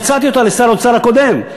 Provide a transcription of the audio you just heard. הצעתי אותה לשר האוצר הקודם,